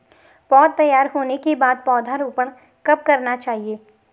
पौध तैयार होने के बाद पौधा रोपण कब करना चाहिए?